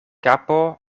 kapo